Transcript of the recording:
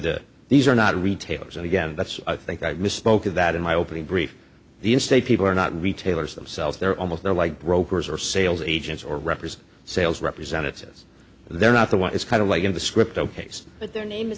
the these are not retailers and again that's i think i misspoke of that in my opening brief the in state people are not retailers themselves they're almost they're like brokers or sales agents or represent sales representatives they're not the one it's kind of like in the script ok